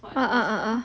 ah ah ah